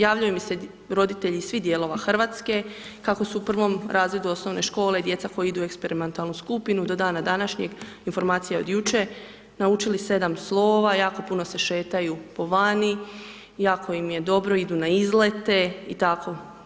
Javljaju mi se roditelji iz svih dijelova Hrvatske kako su u prvom razredu osnovne škole djeca koja idu u eksperimentalnu skupinu, do dana današnjeg, informacija od jučer, naučili 7 slova, jako puno se šetaju po vani, jako im je dobro, idu na izlete i tako.